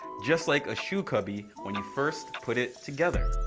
just like a shoe cubby when you first put it together.